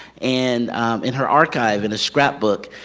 and in her archive, in a scrapbook,